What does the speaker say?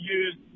use